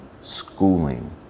schooling